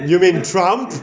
you mean trump